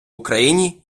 україні